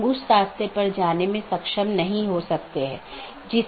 इन विशेषताओं को अनदेखा किया जा सकता है और पारित नहीं किया जा सकता है